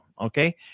Okay